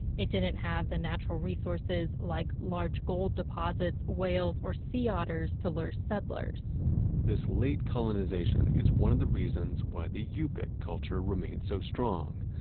it didn't have the natural resources like large gold deposits, oils or sea otters to lure settlers this late colonization is one of the reasons why the yup'ik culture remains so strong.